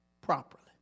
properly